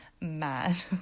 mad